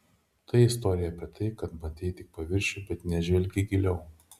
tai istorija apie tai kad matei tik paviršių bet nežvelgei giliau